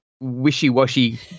wishy-washy